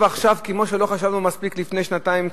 עכשיו כמו שלא חשבנו מספיק לפני שנתיים,